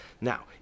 Now